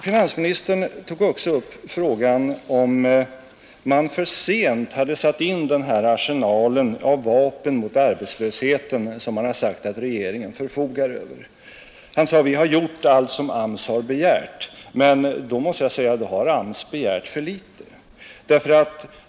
Finansministern tog också upp frågan om man för sent hade satt in den här arsenalen av vapen mot arbetslösheten som han har sagt att regeringen förfogar över. Han sade: ”Vi har gjort allt som AMS har begärt.” Men då måste jag säga att AMS har begärt för litet.